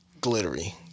glittery